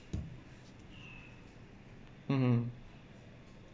mmhmm